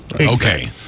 Okay